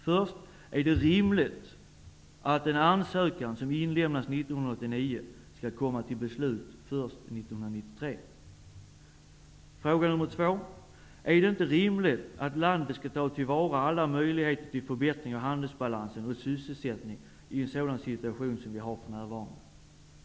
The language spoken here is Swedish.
Först: Är det rimligt att en ansökan som inlämnats 1989 skall komma till beslut först Fråga två: Är det inte rimligt att landet skall ta till vara alla möjligheter till förbättring av handelsbalansen och sysselsättningen i en sådan situation som vi har för närvarande?